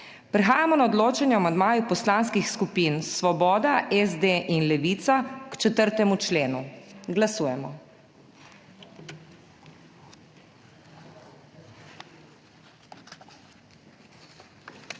Prehajamo na odločanje o amandmaju poslanskih skupin Svoboda, SD in Levica k 4. členu. Glasujemo.